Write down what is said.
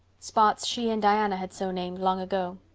spots she and diana had so named long ago.